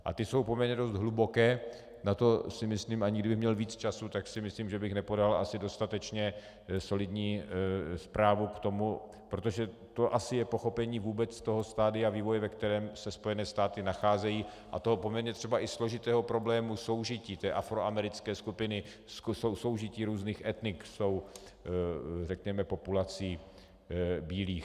A ty jsou poměrně dost hluboké, na to si myslím, ani kdybych měl víc času, tak si myslím, že bych nepodal asi dostatečně solidní zprávu k tomu, protože to asi je pochopení vůbec toho stadia vývoje, ve kterém se Spojené státy nacházejí, a toho poměrně třeba i složitého problému soužití afroamerické skupiny, soužití různých etnik s tou, řekněme, populací bílých.